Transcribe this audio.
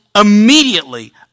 immediately